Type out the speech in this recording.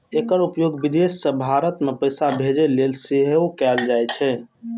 एकर उपयोग विदेश सं भारत मे पैसा भेजै लेल सेहो कैल जाइ छै